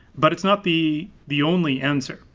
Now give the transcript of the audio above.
but it's not the the only answer.